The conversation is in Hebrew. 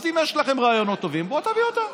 אז אם יש לכם רעיונות טובים, בואו, תביאו אותם.